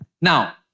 Now